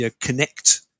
connect